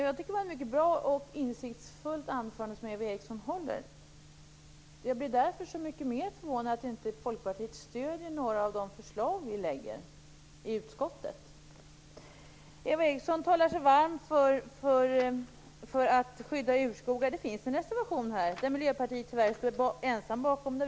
Fru talman! Jag tycker att Eva Erikssons anförande var mycket bra och insiktsfullt. Desto mera förvånad blir jag därför över att Folkpartiet inte stöder några av de förslag som vi lagt fram i utskottet. Eva Eriksson talar sig varm för skyddet av urskogar, men det finns ju en reservation om det. Tyvärr står vi i Miljöpartiet ensamma bakom den reservationen.